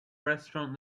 restaurant